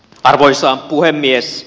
arvoisa puhemies